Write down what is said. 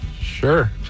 Sure